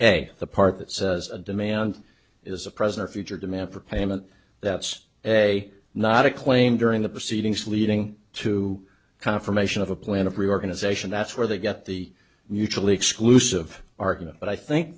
a the part that says a demand is a present future demand for payment that's a not a claim during the proceedings leading to confirmation of a plan of reorganization that's where they get the mutually exclusive argument but i think